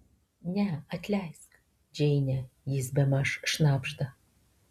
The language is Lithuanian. ne atleisk džeine jis bemaž šnabžda